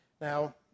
Now